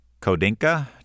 Kodinka